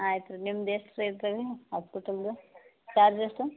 ಆಯ್ತು ರೀ ನಿಮ್ದು ಎಷ್ಟು ರೀ ಇರ್ತವು ರೀ ಆಸ್ಪೆಟಲ್ದ ಚಾರ್ಜ್ ಎಷ್ಟು